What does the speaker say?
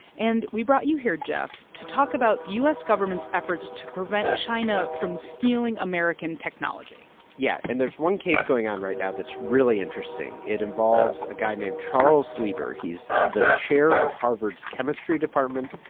and we brought you here, geoff, to talk about the u s. government's efforts to prevent china from stealing american technology yeah, and there's one case going on right now that's really interesting. it involves a guy named charles lieber. he's the chair of harvard's chemistry department,